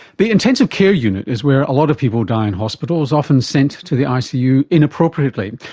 the intensive care unit is where a lot of people die in hospitals, often sent to the icu inappropriately,